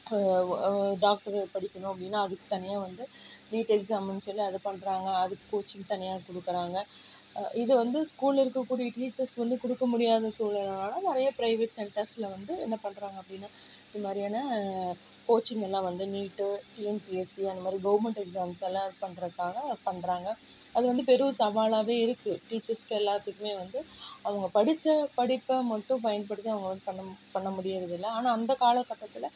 doctor படிக்கணும் அப்படின்னா அதுக்கு தனியாக வந்து நீட் எக்ஸாம்னு சொல்லி அதை பண்ணுறாங்க அதுக்கு கோச்சிங் தனியாக கொடுக்குறாங்க இது வந்து ஸ்கூலில் இருக்கக்கூடிய டீச்சர்ஸ் வந்து கொடுக்க முடியாத சூல்நிலைனால நிறைய ப்ரைவேட் சென்டர்ஸில் வந்து என்ன பண்ணுறாங்க அப்படின்னா இதுமாதிரியான கோச்சிங்கெல்லாம் வந்து நீட்டு டிஎன்பிஎஸ்சி அந்தமாதிரி கவர்மெண்ட் எக்ஸாம்ஸ் எல்லாம் இது பண்றதுக்காக பண்ணுறாங்க அது வந்து பெரும் சவாலாகவே இருக்குது டீச்சர்ஸுக்கு எல்லோத்துக்குமே வந்து அவங்க படித்த படிப்பை மட்டும் பயன்படுத்தி அவங்க வந்து பண்ண பண்ண முடியறதில்லை ஆனால் அந்த காலகட்டத்தில்